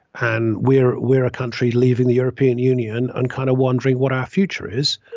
and we're we're a country leaving the european union on kind of wondering what our future is.